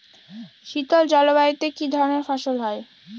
শীতল জলবায়ুতে কি ধরনের ফসল হয়?